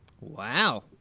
Wow